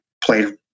played